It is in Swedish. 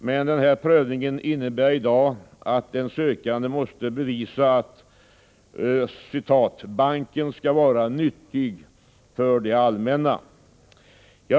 Men denna prövning innebär i dag att den sökande måste bevisa att ”banken skall vara nyttig för det allmänna”.